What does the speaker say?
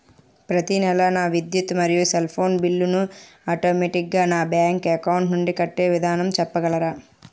ప్రతి నెల నా విద్యుత్ మరియు సెల్ ఫోన్ బిల్లు ను ఆటోమేటిక్ గా నా బ్యాంక్ అకౌంట్ నుంచి కట్టే విధానం చెప్పగలరా?